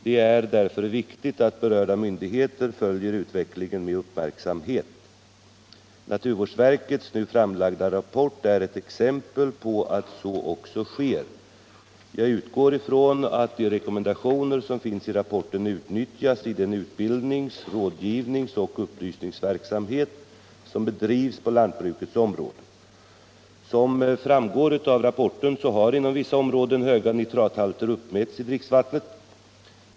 Det är därför viktigt att berörda myndigheter följer utvecklingen med uppmärksamhet. Naturvårdsverkets nu framlagda rapport är ett exempel på att så också sker. Jag utgår från att de rekommendationer som finns i rapporten utnyttjas i den utbildnings-, rådgivningsoch upplysningsverksamhet som bedrivs på lantbrukets område. | Som framgår av rapporten har inom vissa områden höga nitrathalter uppmätts i dricksvattnet.